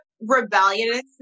rebelliousness